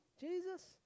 Jesus